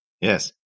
Yes